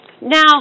Now